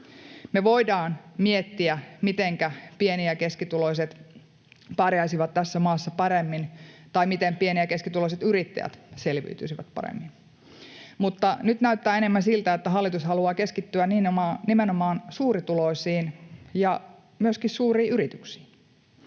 Me voidaan miettiä, mitenkä pieni- ja keskituloiset pärjäisivät tässä maassa paremmin tai miten pieni- ja keskituloiset yrittäjät selviytyisivät paremmin, mutta nyt näyttää enemmän siltä, että hallitus haluaa keskittyä nimenomaan suurituloisiin ja myöskin suuriin yrityksiin,